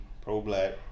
pro-black